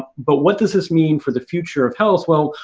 but, what does this mean for the future of health? well,